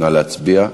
נא להצביע.